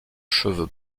cheveux